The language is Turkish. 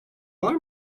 var